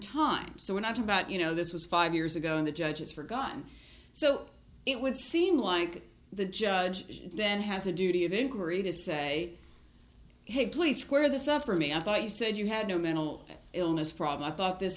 time so we're not about you know this was five years ago and the judge is forgotten so it would seem like the judge then has a duty of inquiry to say hey please square this up for me i thought you said you had no mental illness problem i thought this